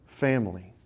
family